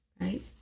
right